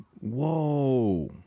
Whoa